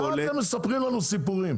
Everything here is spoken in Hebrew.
מה אתם מספרים לנו סיפורים?